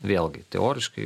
vėlgi teoriškai